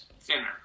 thinner